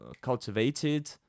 cultivated